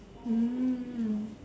mm